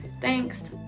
Thanks